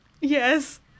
Yes